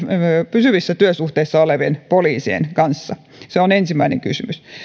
pysyvissä työsuhteissa olevien poliisien toimintaan se on ensimmäinen kysymys